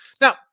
Now